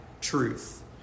truth